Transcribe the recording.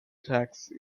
taxi